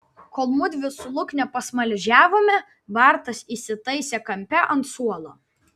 kol mudvi su lukne pasmaližiavome bartas įsitaisė kampe ant suolo